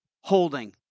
holding